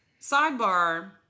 sidebar